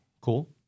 Cool